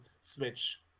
switch